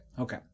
Okay